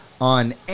on